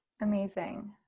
Amazing